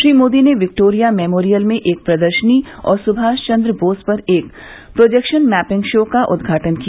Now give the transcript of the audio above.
श्री मोदी ने Victoria Memorial में एक प्रदर्शनी और सुभाष चन्द्र बोस पर एक प्रोजेक्शन मैपिंग शो का उद्घाटन किया